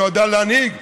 היא נועדה להנהיג.